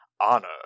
honor